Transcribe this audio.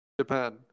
Japan